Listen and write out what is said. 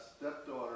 stepdaughter